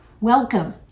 Welcome